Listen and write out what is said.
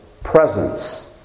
presence